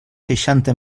seixanta